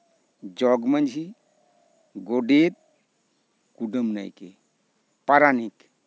ᱡᱚᱜᱽ ᱢᱟᱺᱡᱷᱤ ᱜᱚᱰᱮᱛ ᱠᱩᱰᱟᱹᱢ ᱱᱟᱭᱠᱮ ᱯᱟᱨᱟᱱᱤᱠ